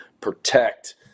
protect